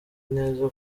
neza